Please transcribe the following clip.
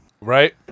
Right